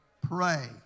pray